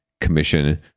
commission